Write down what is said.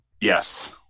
Yes